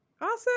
Awesome